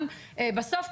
בסוף,